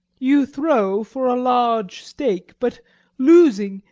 you throw for a large stake, but losing,